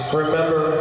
remember